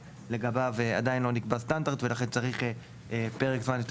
שלגביו עדיין לא נקבע סטנדרט ולכן צריך פרק זמן יותר